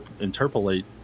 interpolate